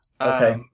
Okay